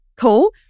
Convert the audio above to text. cool